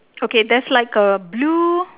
okay there's like a blue